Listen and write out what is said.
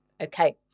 Okay